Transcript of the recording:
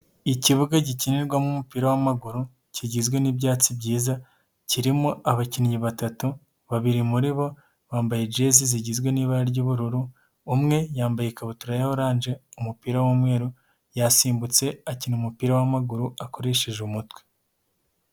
Ikibuga gikinirwamo umupira w'amaguru kigizwe n'ibyatsi byiza kirimo abakinnyi batatu babiri muri bo bambaye jezi zigizwe n'ibara ry'ubururu, umwe yambaye ikabutura ya oranje umupira w'umweru yasimbutse akina umupira w'amaguru akoresheje umutwe.